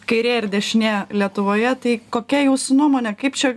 kairė ir dešinė lietuvoje tai kokia jūsų nuomonė kaip čia